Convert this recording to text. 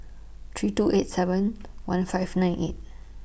three two eight seven one five nine eight